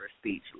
speechless